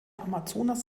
amazonas